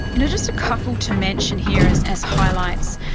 you know just a couple to mention here as as highlights.